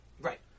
Right